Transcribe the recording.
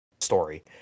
story